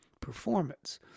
performance